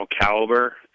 caliber